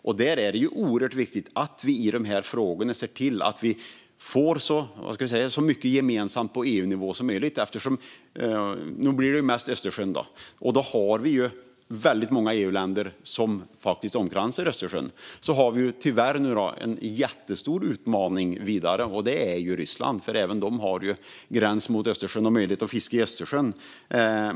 Det är oerhört viktigt att vi i dessa frågor ser till att vi får så mycket gemensamt på EU-nivå som möjligt. Nu blir det mest Östersjön. Det är väldigt många EU-länder som omkransar Östersjön. Vi har nu tyvärr en jättestor utmaning, och det är Ryssland. Även Ryssland har gräns mot Östersjön och möjlighet att fiska i Östersjön.